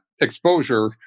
exposure